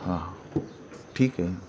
हां हां ठीक आहे